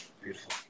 Beautiful